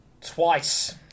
Twice